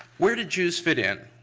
where did jews fit in?